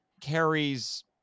carries